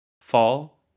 fall